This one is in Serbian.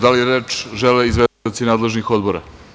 Da li reč žele izvestioci nadležnih odbora?